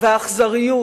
והאכזריות